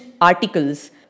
articles